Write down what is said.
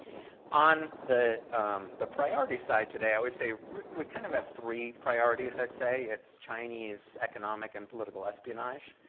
on the the priority side today i always say we kind of have three priorities i'd say. it's chinese economic and political espionage.